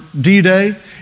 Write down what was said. D-Day